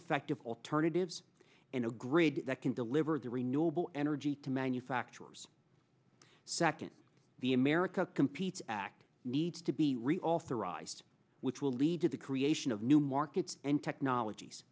effective alternatives in a grid that can deliver the renewable energy to manufacturers second the america competes act needs to be reauthorized which will lead to the creation of new markets and technolog